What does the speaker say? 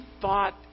thought